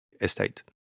estate